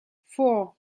four